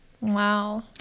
Wow